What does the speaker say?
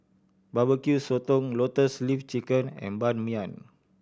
Barbecue Sotong Lotus Leaf Chicken and Ban Mian